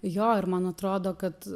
jo ir man atrodo kad